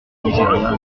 nigeria